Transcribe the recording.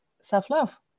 self-love